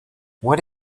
what